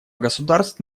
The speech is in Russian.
государств